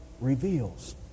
reveals